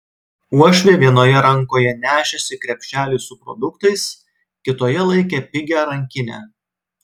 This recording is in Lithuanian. uošvė vienoje rankoje nešėsi krepšelį su produktais kitoje laikė pigią rankinę